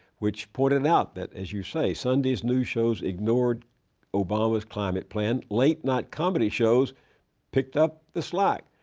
which pointed out that, as you say, sunday's news shows ignored obama's climate plan, late-night comedy shows picked up the slack.